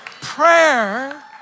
Prayer